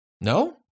No